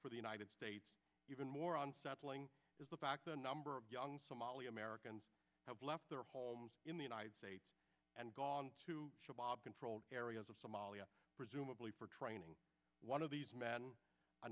for the united states even more unsettling is the fact that a number of young somali americans have left their homes in the united states and gone to shabab controlled areas of somalia presumably for training one of these men a